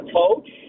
coach